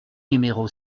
numéro